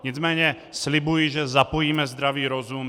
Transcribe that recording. Nicméně slibuji, že zapojíme zdravý rozum.